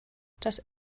das